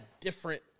different